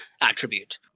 attribute